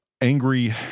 angry